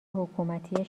حکومتی